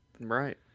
Right